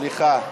סליחה.